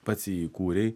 pats jį įkūrei